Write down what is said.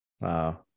Wow